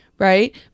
Right